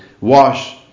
wash